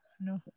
no